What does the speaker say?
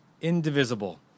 indivisible